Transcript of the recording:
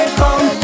come